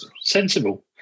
sensible